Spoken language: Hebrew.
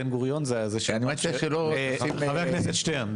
זה היה בן-גוריון שאמר --- אני מציע שלא --- חבר הכנסת שטרן,